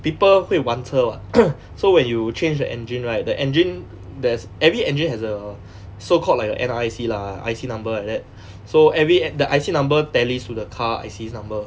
people 会玩车 [what] so when you change the engine right the engine there's every engine has a so called like a N_R_I_C lah I_C number like that so every the I_C number tallies to the car I_C number